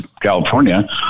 California